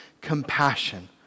compassion